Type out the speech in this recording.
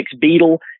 Beetle